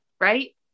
right